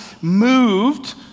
moved